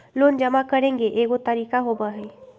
Loan जमा करेंगे एगो तारीक होबहई?